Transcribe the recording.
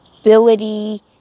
ability